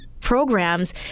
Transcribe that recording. programs